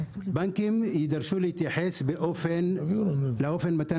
"בנקים יידרשו להתייחס לאופן מתן